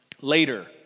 Later